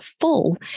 full